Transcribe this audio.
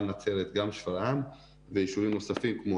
גם נצרת גם שפרעם וישובים נוספים כמו